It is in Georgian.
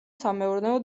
სამეურნეო